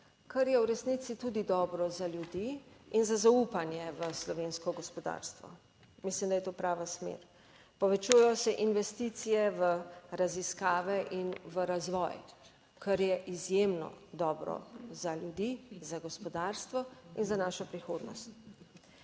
kar je v resnici tudi dobro za ljudi in za zaupanje v slovensko gospodarstvo. Mislim, da je to prava smer. Povečujejo se investicije v raziskave in v razvoj, kar je izjemno dobro za ljudi, za gospodarstvo in za našo prihodnost.